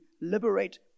liberate